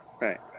Right